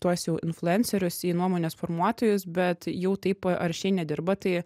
tuos jau influencerius į nuomonės formuotojus bet jau taip aršiai nedirba tai